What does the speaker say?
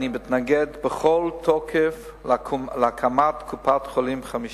אני מתנגד בכל תוקף להקמת קופת-חולים חמישית.